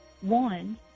One